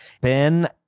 Ben